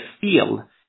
feel